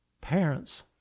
parents